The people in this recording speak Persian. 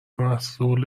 محصول